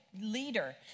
leader